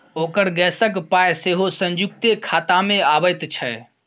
ओकर गैसक पाय सेहो संयुक्ते खातामे अबैत छै